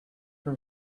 her